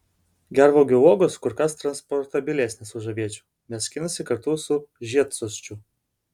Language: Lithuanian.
gervuogių uogos kur kas transportabilesnės už aviečių nes skinasi kartu su žiedsosčiu